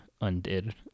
undid